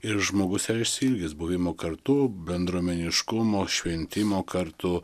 ir žmogus yra išsiilgęs buvimo kartu bendruomeniškumo šventimo kartu